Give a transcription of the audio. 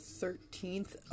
thirteenth